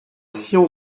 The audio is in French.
sillon